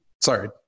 Sorry